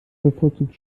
bevorzugt